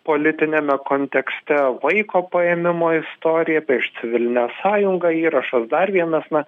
politiniame kontekste vaiko paėmimo istorija prieš civilinę sąjungą įrašas dar vienas na